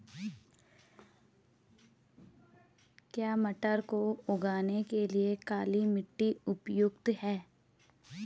क्या मटर को उगाने के लिए काली मिट्टी उपयुक्त है?